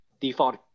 default